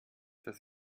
dass